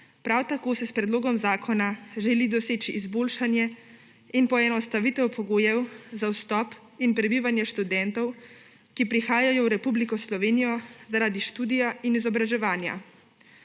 Prav tako se s predlogom zakona želi doseči izboljšanje in poenostavitev pogojev za vstop in prebivanje študentov, ki prihajajo v Republiko Slovenijo zaradi študija in izobraževanja.